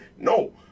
No